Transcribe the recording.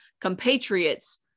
compatriots